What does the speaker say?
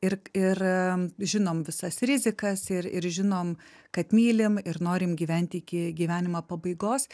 ir ir žinom visas rizikas ir ir žinom kad mylim ir norim gyventi iki gyvenimo pabaigos